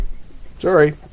Sorry